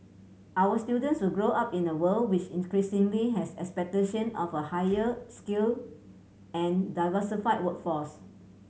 our students will grow up in a world which increasingly has expectation of a higher skilled and diversified workforce